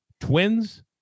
Twins